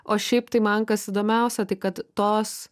o šiaip tai man kas įdomiausia tai kad tos